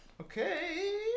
Okay